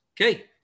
okay